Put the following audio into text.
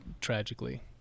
tragically